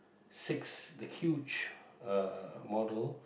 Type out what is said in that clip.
six the huge uh model